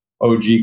OG